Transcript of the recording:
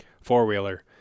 four-wheeler